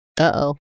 Uh-oh